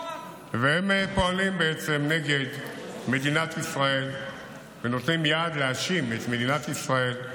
והם פועלים בעצם נגד מדינת ישראל ונותנים יד להאשים את מדינת ישראל,